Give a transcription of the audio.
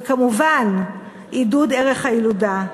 וכמובן, עידוד ערך הילודה.